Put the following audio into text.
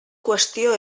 qüestió